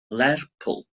lerpwl